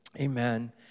Amen